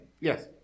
Yes